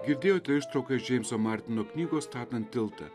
girdėjote ištrauką iš džeimso martino knygos statant tiltą